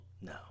No